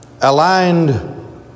aligned